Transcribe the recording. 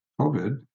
COVID